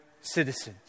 citizens